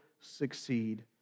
succeed